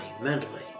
mentally